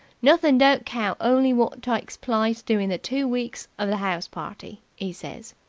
nothin' don't count only wot tikes plice during the two weeks of the ouse-party, e says.